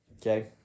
okay